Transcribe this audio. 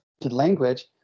language